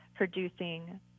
producing